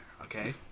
okay